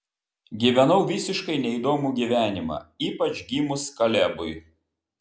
gyvenau visiškai neįdomų gyvenimą ypač gimus kalebui